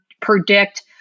predict